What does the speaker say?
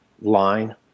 line